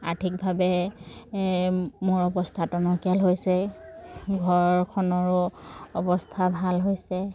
আৰ্থিকভাৱে মোৰ অৱস্থা টনকীয়াল হৈছে ঘৰখনৰো অৱস্থা ভাল হৈছে